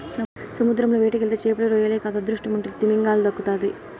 సముద్రంల వేటకెళ్తే చేపలు, రొయ్యలే కాదు అదృష్టముంటే తిమింగలం దక్కతాది